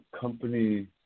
company